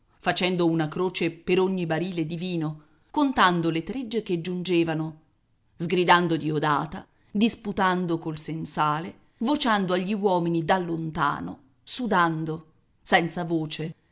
facendo una croce per ogni barile di vino contando le tregge che giungevano sgridando diodata disputando col sensale vociando agli uomini da lontano sudando senza voce